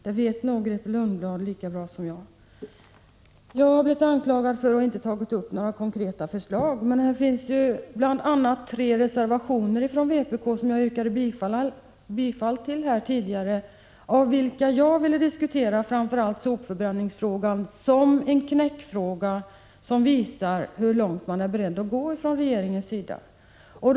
Det vet nog Grethe Lundblad lika väl som jag. Jag har blivit anklagad för att inte ha tagit upp några konkreta förslag. Men här finns ju bl.a. tre reservationer från vpk, som jag här tidigare har yrkat bifall till. Av de frågor som tas upp vill jag framför allt diskutera sopförbränningsfrågan, eftersom jag anser den vara en ”knäckfråga” när det gäller att visa hur långt man från regeringens sida är beredd att gå.